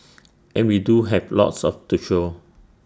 and we do have lots of to show